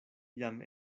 jam